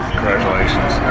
Congratulations